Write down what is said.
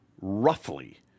roughly